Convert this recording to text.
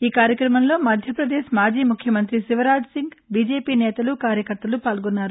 ఈ కార్యక్రమంలో మధ్యపదేశ్ మాజీ ముఖ్యమంతి శివరాజ్ సింగ్ బీజేపీ నేతలు కార్యకర్తలు పాల్గొన్నారు